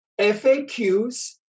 FAQs